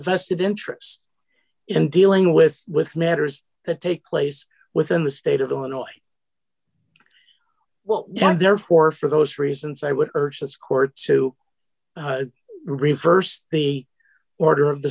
vested interest in dealing with with matters that take place within the state of illinois what we have there for for those reasons i would urge this court to reverse the order of the